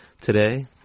today